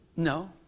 No